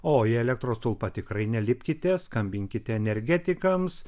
o į elektros stulpą tikrai nelipkite skambinkite energetikams